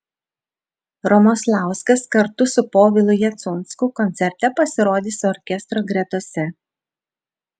romoslauskas kartu su povilu jacunsku koncerte pasirodys orkestro gretose